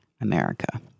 America